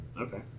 Okay